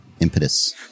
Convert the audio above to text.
impetus